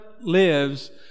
lives